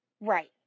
Right